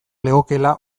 legokeela